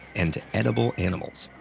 and edible animals.